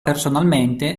personalmente